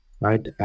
right